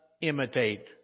imitate